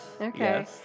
Okay